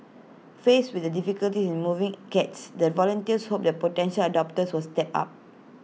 faced with the difficulties in moving cats the volunteers hope that potential adopters will step up